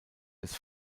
des